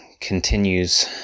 continues